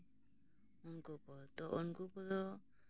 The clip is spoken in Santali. ᱩᱱᱠᱩ ᱠᱚ ᱛᱚ ᱩᱱᱠᱩ ᱠᱚᱫᱚ